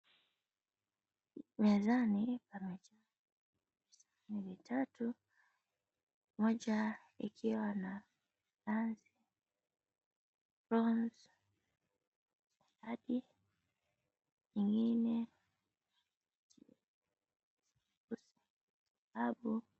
Mezani pana chaKula kwenye visahani vitatu. Moja ikiwa na nazi, scones , stadi. Nyingine